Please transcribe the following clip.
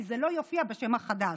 כי זה לא יופיע בשם החדש.